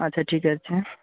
আচ্ছা ঠিক আছে